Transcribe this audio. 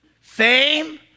fame